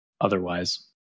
otherwise